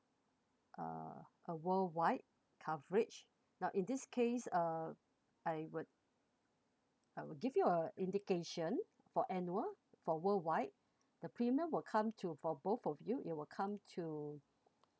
uh a worldwide coverage now in this case uh I would I would give you a indication for annual for worldwide the premium will come to for both of you it will come to